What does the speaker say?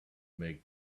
make